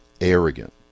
arrogant